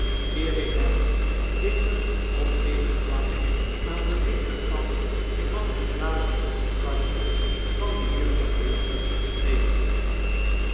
ik hem weder op eene plank aan den linkerkant van het glazen boekenkastje van mejuffrouw lirriper nederleg